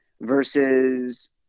versus